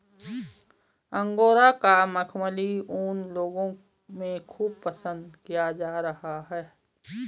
angora का मखमली ऊन लोगों में खूब पसंद किया जा रहा है